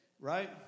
right